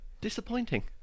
disappointing